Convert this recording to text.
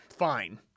fine